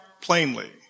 plainly